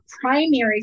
primary